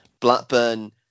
Blackburn